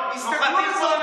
נוחתים פה אנשים,